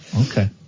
Okay